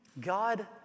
God